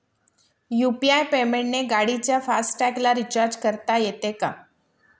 UPI पेमेंटने गाडीच्या फास्ट टॅगला रिर्चाज करता येते का?